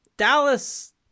Dallas